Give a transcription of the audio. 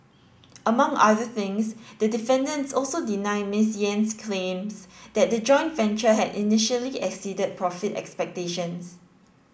among other things the defendants also deny Ms Yen's claims that the joint venture had initially exceeded profit expectations